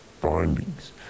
Findings